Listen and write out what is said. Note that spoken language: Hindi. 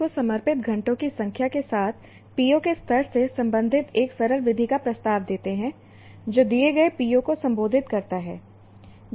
अब हम CO को समर्पित घंटों की संख्या के साथ PO के स्तर से संबंधित एक सरल विधि का प्रस्ताव देते हैं जो दिए गए PO को संबोधित करता है